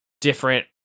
different